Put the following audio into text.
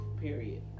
Period